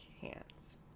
hands